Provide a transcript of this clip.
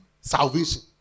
salvation